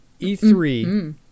E3